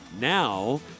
now